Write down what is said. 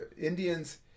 Indians